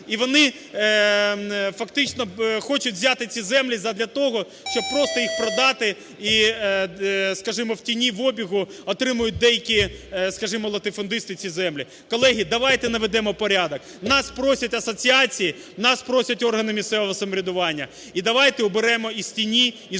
і вони фактично хочуть взяти ці землі задля того, щоб просто їх продати і, скажімо, в тіні в обігу отримують деякі, скажімо, латифундисти ці землі. Колеги, давайте наведено порядок. Нас просять асоціації, нас просять органи місцевого самоврядування. І давайте уберемо із тіні,